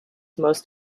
most